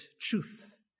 truth